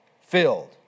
filled